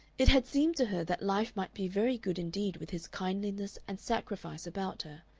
it had seemed to her that life might be very good indeed with his kindliness and sacrifice about her.